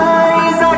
eyes